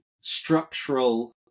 structural